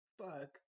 Fuck